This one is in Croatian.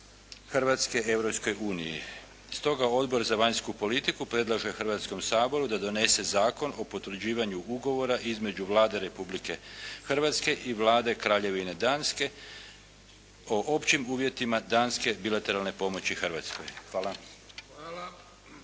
Hrvatske Europskoj uniji. Stoga Odbor za vanjsku politiku predlaže Hrvatskom saboru da donese Zakon o potvrđivanju Ugovora između Vlade Republike Hrvatske i Vlade Kraljevine Danske o općim uvjetima Danske bilateralne pomoći Hrvatskoj. Hvala.